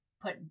put